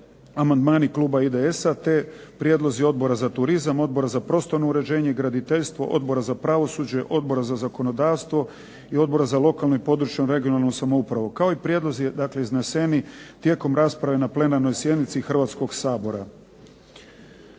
amandmani kluba IDS-a te prijedlozi Odbora za turizam, Odbora za prostorno uređenje i graditeljstvo, Odbora za pravosuđe, Odbora za zakonodavstvo i Odbora za lokalnu i područnu (regionalnu) samoupravu, kao i prijedlozi izneseni tijekom rasprave na plenarnoj sjednici Hrvatskog sabora.